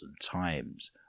times